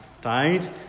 died